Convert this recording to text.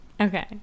Okay